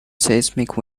seismic